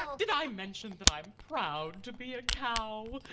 um did i mention that i'm proud to be a cow?